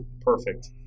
Perfect